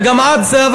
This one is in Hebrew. וגם את,